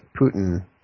Putin